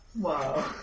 Wow